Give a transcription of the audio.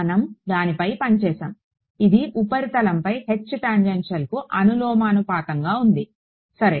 మనం దానిపై పని చేసాము ఇది ఉపరితలంపై H టాంజెన్షియల్కు అనులోమానుపాతంలో ఉంది సరే